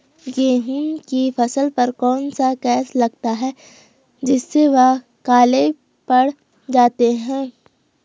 गेहूँ की फसल पर कौन सा केस लगता है जिससे वह काले पड़ जाते हैं?